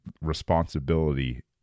responsibility